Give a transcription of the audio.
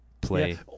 play